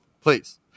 Please